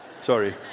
Sorry